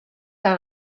que